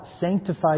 sanctify